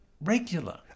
Regular